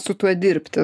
su tuo dirbti